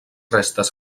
restes